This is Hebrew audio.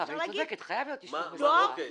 --- אוקיי.